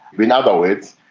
in other words,